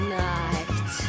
night